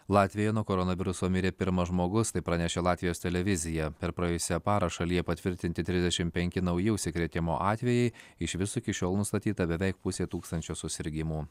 latvijoje nuo koronaviruso mirė pirmas žmogus tai pranešė latvijos televizija per praėjusią parą šalyje patvirtinti trisdešim penki nauji užsikrėtimo atvejai iš viso iki šiol nustatyta beveik pusė tūkstančio susirgimų